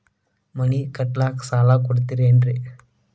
ಮನಿ ಕಟ್ಲಿಕ್ಕ ಸಾಲ ಕೊಡ್ತಾರೇನ್ರಿ?